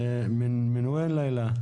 מאיפה את לילא?